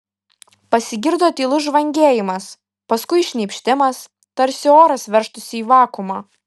pasigirdo tylus žvangėjimas paskui šnypštimas tarsi oras veržtųsi į vakuumą